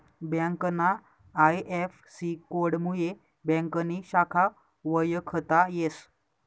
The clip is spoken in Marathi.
ब्यांकना आय.एफ.सी.कोडमुये ब्यांकनी शाखा वयखता येस